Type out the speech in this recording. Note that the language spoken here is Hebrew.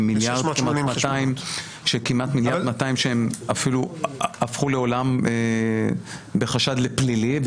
וכמעט מיליארד מאתיים שהם אפילו הפכו לחשד פלילי.